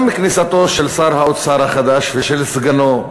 גם כניסתו של שר האוצר החדש ושל סגנו,